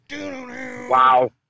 Wow